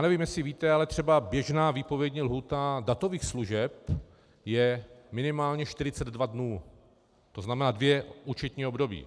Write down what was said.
Nevím, jestli víte, ale třeba běžná výpovědní lhůta datových služeb je minimálně 42 dnů, to znamená dvě účetní období.